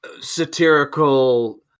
satirical